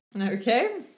Okay